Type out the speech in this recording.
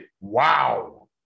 Wow